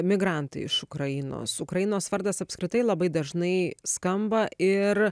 migrantai iš ukrainos ukrainos vardas apskritai labai dažnai skamba ir